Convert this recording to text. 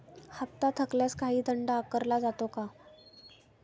हप्ता थकल्यास काही दंड आकारला जातो का?